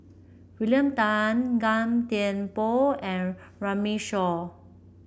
William Tan Gan Thiam Poh and Runme Shaw